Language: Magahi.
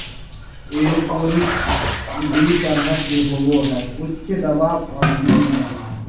एरोपोनिक्स दू तरह के होबो हइ उच्च दबाव और निम्न दबाव